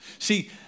See